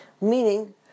meaning